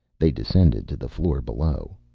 they descended to the floor below,